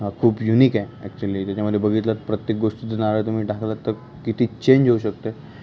खूप युनिक आहे ॲक्चुअली त्याच्यामध्ये बघितलंत प्रत्येक गोष्टी जर नारळ तुम्ही टाकलात तर किती चेंज होऊ शकते